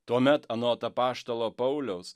tuomet anot apaštalo pauliaus